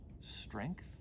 Strength